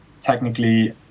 technically